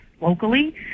locally